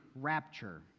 rapture